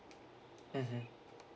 mmhmm